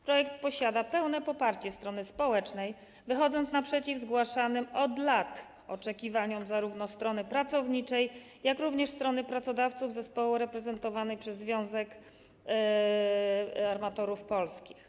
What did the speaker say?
Projekt ma pełne poparcie strony społecznej, wychodzi naprzeciw zgłaszanym od lat oczekiwaniom zarówno strony pracowniczej, jak również strony pracodawców, zespołów reprezentowanych przez Związek Armatorów Polskich.